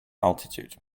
altitude